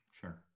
Sure